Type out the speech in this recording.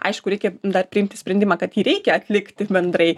aišku reikia dar priimti sprendimą kad jį reikia atlikti bendrai